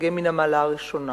כמתרגם מן המעלה הראשונה.